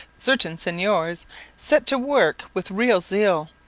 certain seigneurs set to work with real zeal,